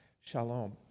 shalom